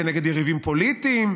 כנגד יריבים פוליטיים,